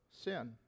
sin